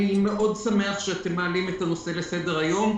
אני שמח מאוד שאתם מעלים את הנושא לסדר היום,